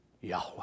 Yahweh